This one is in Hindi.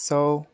सौ